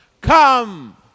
come